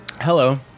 hello